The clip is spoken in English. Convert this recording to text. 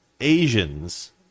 Asians